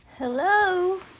Hello